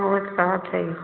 वही तो कहत है